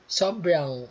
sobrang